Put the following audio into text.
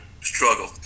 struggle